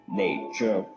nature